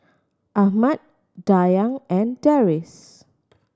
Ahmad Dayang and Deris